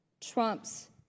Trump's